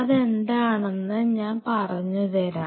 അതെന്താണെന്ന് ഞാൻ പറഞ്ഞു തരാം